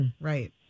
Right